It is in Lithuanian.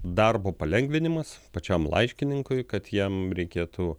darbo palengvinimas pačiam laiškininkui kad jam reikėtų